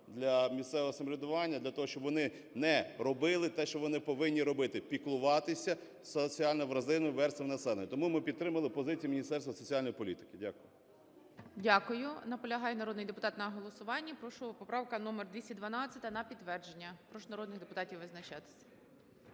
для місцевого самоврядування для того, щоб вони не робили те, що вони повинні робити: піклуватися соціально вразливими верствами населення. Тому ми підтримали позицію Міністерства соціальної політики. Дякую.